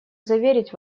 заверить